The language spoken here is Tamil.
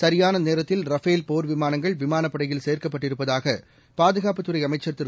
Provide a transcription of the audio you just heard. சரியான நேரத்தில் ரஃபேல் போர் விமானங்கள் விமானப் படையில் சேர்க்கப்பட்டிருப்பதாக பாதுகாப்புத்துறை அமைச்சர் திரு